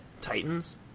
titans